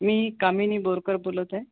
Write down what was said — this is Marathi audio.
मी कामिनी बोरकर बोलत आहे